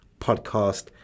podcast